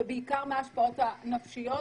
ובעיקר מה ההשפעות הנפשיות.